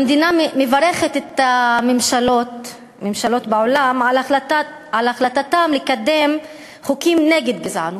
המדינה מברכת את הממשלות בעולם על החלטתן לקדם חוקים נגד גזענות,